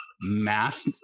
math